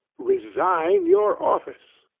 resign your office.